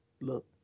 Look